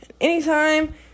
Anytime